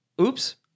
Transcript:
Oops